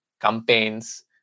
campaigns